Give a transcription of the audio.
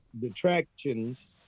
detractions